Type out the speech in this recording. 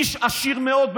איש עשיר מאוד,